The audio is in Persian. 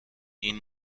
این